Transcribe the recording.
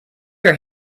her